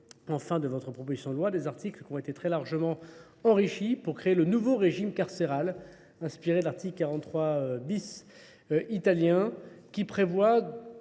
en fin de votre proposition de loi, des articles qui ont été très largement enrichis pour créer le nouveau régime carcéral, inspiré de l'article 43 bis. italien qui prévoit